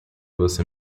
você